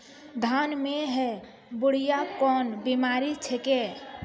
धान म है बुढ़िया कोन बिमारी छेकै?